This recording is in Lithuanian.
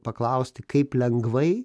paklausti kaip lengvai